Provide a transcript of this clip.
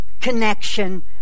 connection